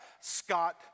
Scott